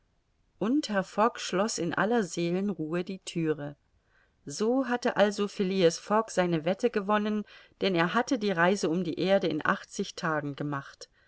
und herr fogg schloß in aller seelenruhe die thüre so hatte also phileas fogg seine wette gewonnen denn er hatte die reise um die erde in achtzig tagen gemacht